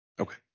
Okay